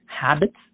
habits